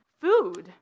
food